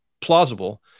plausible